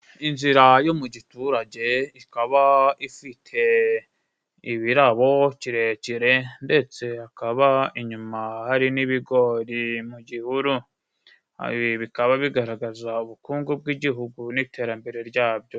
Inzira yo mu giturage ikaba ifite ibirabo kirekire ndetse hakaba inyuma hari n'ibigori mu gihuru, bikaba bigaragaza ubukungu bw'igihugu n'iterambere ryabyo.